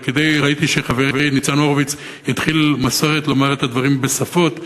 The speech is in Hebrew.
ראיתי שחברי ניצן הורוביץ התחיל לומר את הדברים בשפות,